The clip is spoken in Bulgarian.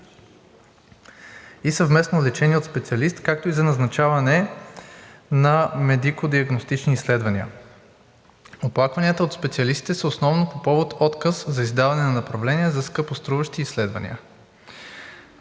и съвместно лечение от специалист, както и за назначаване на медико-диагностични изследвания. Оплакванията от специалистите са основно по повод отказ за издаване на направления за скъпоструващи изследвания.